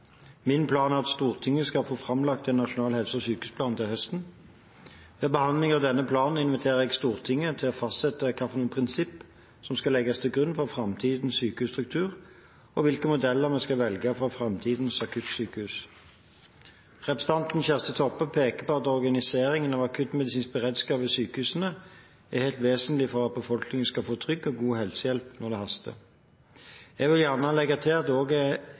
Min plan er at Stortinget skal få framlagt en nasjonal helse- og sykehusplan til høsten. Ved behandlingen av denne planen inviterer jeg Stortinget til å fastsette hvilke prinsipper som skal legges til grunn for framtidens sykehusstruktur, og hvilke modeller vi skal velge for framtidens akuttsykehus. Representanten Kjersti Toppe peker på at organiseringen av akuttmedisinsk beredskap i sykehusene er helt vesentlig for at befolkningen skal få trygg og god helsehjelp når det haster. Jeg vil gjerne legge til at det